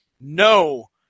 no